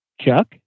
Chuck